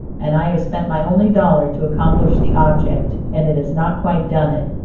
and i have spent my only dollar to accomplish the object, and it has not quite done it.